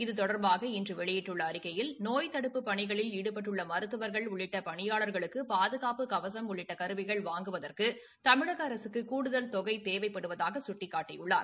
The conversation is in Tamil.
இது தொடர்பாக இன்று வெளியிட்டுள்ள அறிக்கையில் நோய்த்தடுப்பு பணிகளில் ஈடுபட்டுள்ள மருத்துவர்கள் உள்ளிட்ட பணியாளர்களுக்கு பாதுகாப்பு கவசம் உள்ளிட்ட கருவிகள் வாங்குவதற்கு தமிழக அரசுக்கு கூடுதல் தொகை தேவைப்படுவதாக சுட்டிக்காட்டியுள்ளார்